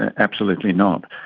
and absolutely not.